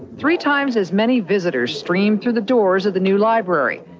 three times as many visitors streamed through the doors of the new library.